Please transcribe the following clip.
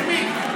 למי?